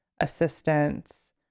assistance